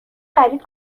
خرید